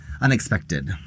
unexpected